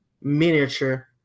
miniature